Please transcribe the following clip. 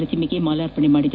ಪ್ರತಿಮೆಗೆ ಮಾಲಾರ್ಪಣೆ ಮಾಡಿದರು